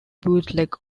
bootleg